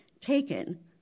taken